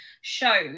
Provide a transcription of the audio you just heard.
shows